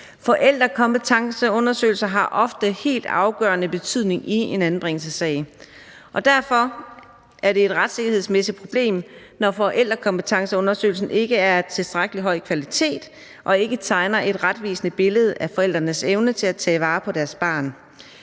Forældrekompetenceundersøgelser har ofte helt afgørende betydning i en anbringelsessag, og derfor er det et retssikkerhedsmæssigt problem, når forældrekompetenceundersøgelsen ikke er af tilstrækkelig høj kvalitet og ikke tegner et retvisende billede af forældrenes evne til at tage vare på deres barn.